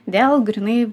dėl grynai